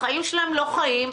החיים שלהם לא חיים,